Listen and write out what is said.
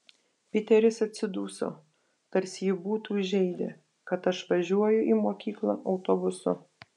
piteris atsiduso tarsi jį būtų žeidę kad aš važiuoju į mokyklą autobusu